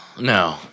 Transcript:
No